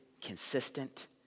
consistent